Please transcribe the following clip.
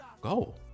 Go